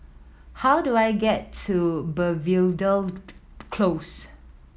how do I get to Belvedere Close